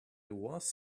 was